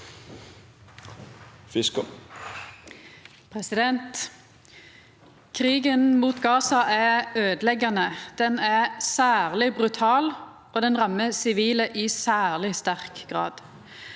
Krigen mot Gaza er øydeleggjande. Den er særleg brutal, og den rammar sivile i særleg sterk grad.